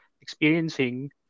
experiencing